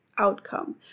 outcome